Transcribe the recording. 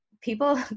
people